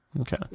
Okay